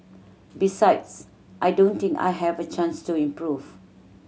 besides I don't think I have a chance to improve